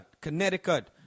Connecticut